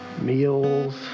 meals